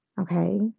Okay